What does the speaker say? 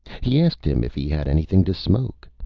he asked him if he had anything to smoke.